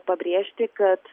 pabrėžti kad